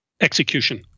Execution